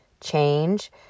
change